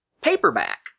paperback